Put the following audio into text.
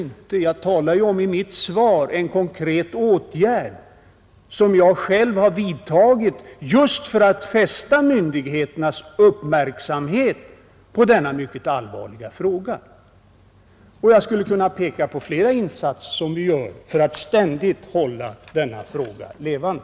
I mitt svar talar jag om en konkret åtgärd, som jag själv vidtagit just för att fästa myndigheternas uppmärksamhet på denna mycket allvarliga fråga. Jag skulle kunna peka på flera insatser som vi gör för att ständigt hålla frågan levande.